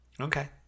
Okay